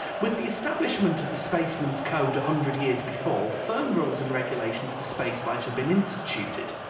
with the establishment of the spaceman's code a hundred years before, firm rules and regulations for space flight had been instituted.